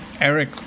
eric